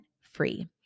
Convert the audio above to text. free